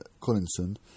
Collinson